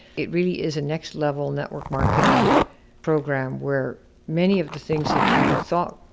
it really is a next level network marketing program where many of the things that you've thought,